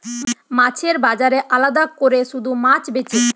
মাছের বাজারে আলাদা কোরে শুধু মাছ বেচে